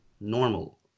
normal